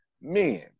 men